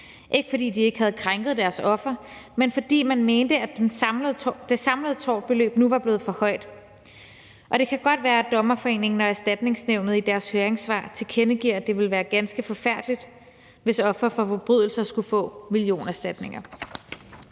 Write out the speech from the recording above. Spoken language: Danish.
ikke fordi de ikke havde krænket deres offer, men fordi man mente, at det samlede tortgodtgørelsesbeløb nu var blevet for højt. Og det kan godt være, at Den Danske Dommerforening og Erstatningsnævnet i deres høringssvar tilkendegiver, at det ville være ganske forfærdeligt, hvis ofre for forbrydelser skulle få millionerstatninger.